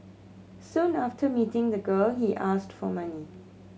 soon after meeting the girl he asked for money